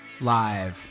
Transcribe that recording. live